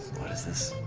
is this